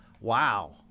Wow